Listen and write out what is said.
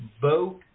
vote